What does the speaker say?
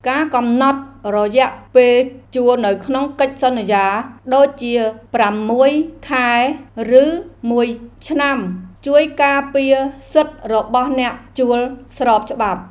ការកំណត់រយៈពេលជួលនៅក្នុងកិច្ចសន្យាដូចជាប្រាំមួយខែ ឬមួយឆ្នាំជួយការពារសិទ្ធិរបស់អ្នកជួលស្របច្បាប់។